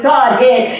Godhead